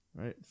Right